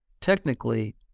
technically